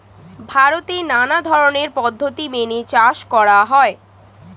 ভারতে নানা ধরনের পদ্ধতি মেনে চাষ করা হয়